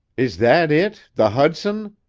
is that it the hudson?